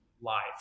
life